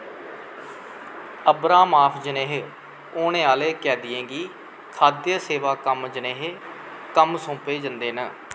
अब्रामाफ जनेह् औने आह्ले कैदियें गी खाद्य सेवा कम्म जनेह् कम्म सौंपे जंदे न